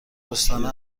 دوستانه